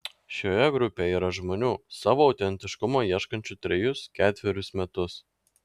šioje grupėje yra žmonių savo autentiškumo ieškančių trejus ketverius metus